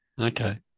Okay